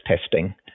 testing